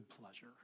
pleasure